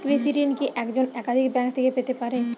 কৃষিঋণ কি একজন একাধিক ব্যাঙ্ক থেকে পেতে পারে?